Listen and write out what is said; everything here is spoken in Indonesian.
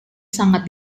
sangat